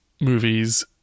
movies